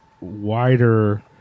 wider